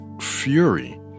fury